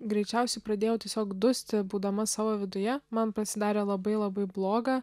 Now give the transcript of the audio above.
greičiausiai pradėjau tiesiog dusti būdama savo viduje man pasidarė labai labai bloga